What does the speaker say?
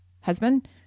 husband